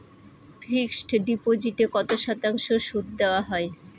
Fixed ডিপোজিটে কত শতাংশ সুদ দেওয়া হয়?